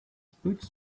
puts